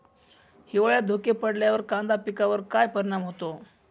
हिवाळ्यात धुके पडल्यावर कांदा पिकावर काय परिणाम होतो?